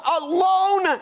alone